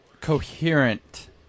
coherent